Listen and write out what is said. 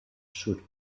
should